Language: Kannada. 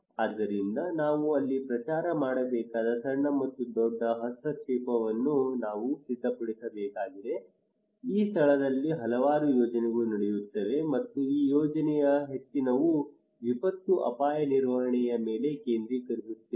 ಆದ್ದರಿಂದ ನಾವು ಅಲ್ಲಿ ಪ್ರಚಾರ ಮಾಡಬೇಕಾದ ಸಣ್ಣ ಮತ್ತು ದೊಡ್ಡ ಹಸ್ತಕ್ಷೇಪವನ್ನು ನಾವು ಸಿದ್ಧಪಡಿಸಬೇಕಾಗಿದೆ ಈ ಸ್ಥಳದಲ್ಲಿ ಹಲವಾರು ಯೋಜನೆಗಳು ನಡೆಯುತ್ತಿವೆ ಮತ್ತು ಈ ಯೋಜನೆಯಲ್ಲಿ ಹೆಚ್ಚಿನವು ವಿಪತ್ತು ಅಪಾಯ ನಿರ್ವಹಣೆಯ ಮೇಲೆ ಕೇಂದ್ರೀಕರಿಸುತ್ತಿವೆ